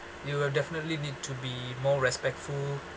you will definitely need to be more respectful